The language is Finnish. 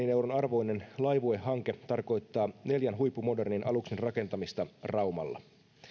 euron arvoinen laivue hanke tarkoittaa neljän huippumodernin aluksen rakentamista raumalla